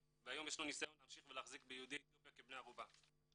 והיום יש ניסיון להמשיך ולהחזיק ביהודי אתיופיה כבני ערובה.